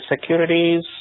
securities